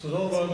תודה רבה.